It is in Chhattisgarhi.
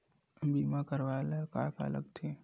बीमा करवाय ला का का लगथे?